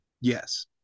Yes